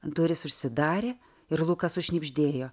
durys užsidarė ir lukas sušnibždėjo